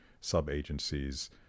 sub-agencies